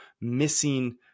missing